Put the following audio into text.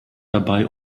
dabei